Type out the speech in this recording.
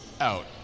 out